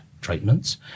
treatments